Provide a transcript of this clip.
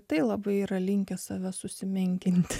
tai labai yra linkę save susimenkinti